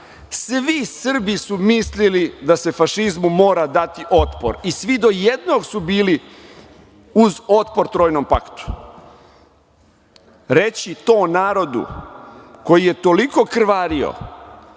svi Srbi su mislili da se fašizmu mora dati otpor i svi do jednog su bili uz otpor Trojnom paktu. Reći to narodu koji je toliko krvario,